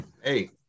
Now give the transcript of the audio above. Hey